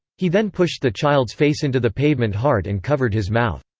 he then pushed the child's face into the pavement hard and covered his mouth.